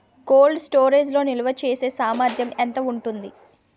Cold storage లో నిల్వచేసేసామర్థ్యం ఎంత ఉంటుంది?